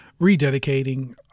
rededicating